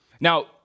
Now